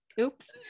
oops